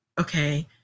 okay